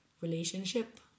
relationship